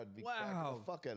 Wow